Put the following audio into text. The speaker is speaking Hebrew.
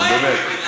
נו, באמת.